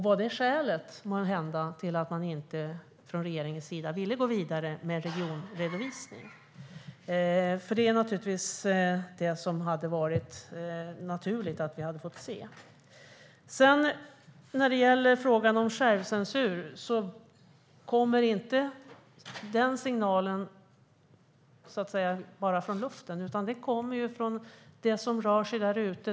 Var det måhända skälet till att man från regeringens sida inte ville gå vidare med regionredovisning, vilket hade varit naturligt att vi hade fått se? När det gäller frågan om självcensur kommer den signalen inte bara från luften, utan den kommer från det som rör sig där ute.